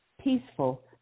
peaceful